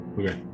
Okay